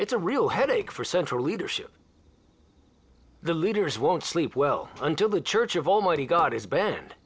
it's a real headache for central leadership the leaders won't sleep well until the church of almighty god is banned